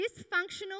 dysfunctional